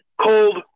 cold